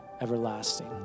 everlasting